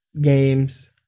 games